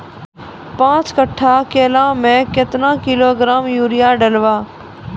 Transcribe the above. पाँच कट्ठा केला मे क्या किलोग्राम यूरिया डलवा?